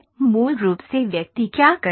मूल रूप से व्यक्ति क्या करता है